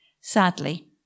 Sadly